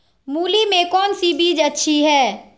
मूली में कौन सी बीज अच्छी है?